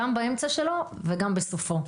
גם באמצע שלו וגם בסופו.